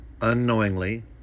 unknowingly